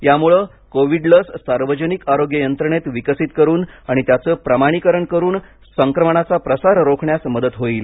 यामुळे कोविड लस सार्वजनिक आरोग्य यंत्रणेत विकसित करून आणि त्याचे प्रमाणीकरण करून संक्रमणाचा प्रसार रोखण्यास मदत होईल